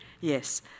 yes